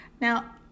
Now